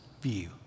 view